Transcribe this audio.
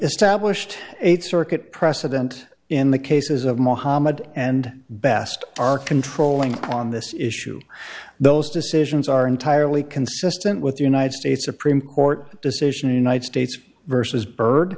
established eighth circuit precedent in the cases of muhammad and best are controlling on this issue those decisions are entirely consistent with the united states supreme court decision in knight states versus byrd